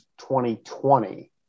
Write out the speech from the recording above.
2020